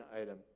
item